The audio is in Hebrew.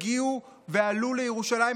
הגיעו ועלו לירושלים,